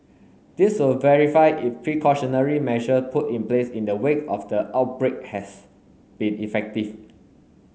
this will verify if precautionary measure put in place in the wake of the outbreak has been effective